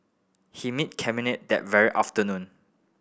he met Cabinet that very afternoon